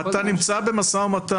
אתה נמצא במשא-ומתן,